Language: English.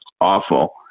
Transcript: awful